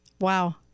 Wow